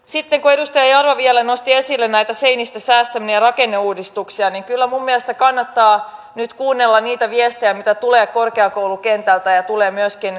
sitten kun edustaja jarva vielä nosti esille näitä seinistä säästämisiä ja rakenneuudistuksia niin kyllä minun mielestäni kannattaa nyt kuunnella niitä viestejä joita tulee korkeakoulukentältä ja tulee myöskin korkeakouluyhteisöstä